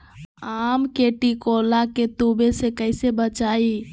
आम के टिकोला के तुवे से कैसे बचाई?